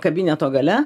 kabineto gale